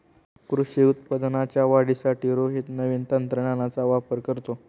कृषी उत्पादनाच्या वाढीसाठी रोहित नवीन तंत्रज्ञानाचा वापर करतो